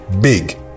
Big